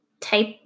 type